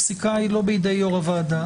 הפסיקה היא לא בידי יושב ראש הוועדה.